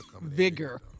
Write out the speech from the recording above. vigor